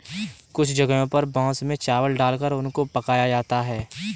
कुछ जगहों पर बांस में चावल डालकर उनको पकाया जाता है